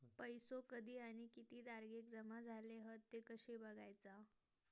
पैसो कधी आणि किती तारखेक जमा झाले हत ते कशे बगायचा?